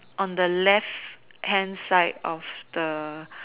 on the left hand side of the